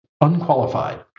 unqualified